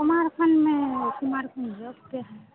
कुमारखंड में है कुमारखंड चौक पर है